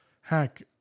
hack